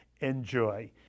enjoy